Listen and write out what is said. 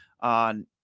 on